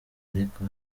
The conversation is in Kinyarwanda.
ariko